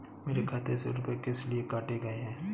मेरे खाते से रुपय किस लिए काटे गए हैं?